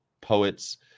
poets